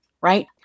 right